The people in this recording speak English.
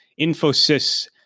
Infosys